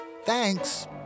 Thanks